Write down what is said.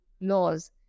laws